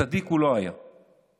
החוק